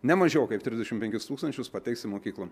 nemažiau kaip trisdešimt penkis tūkstančius pateiks į mokyklą